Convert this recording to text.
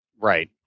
right